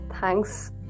Thanks